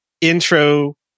intro